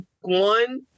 one